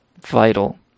vital